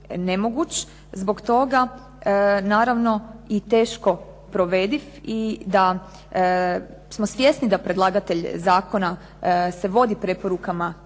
zbog toga naravno i teško provediv i da smo svjesni da predlagatelj zakona se vodi preporukama Europske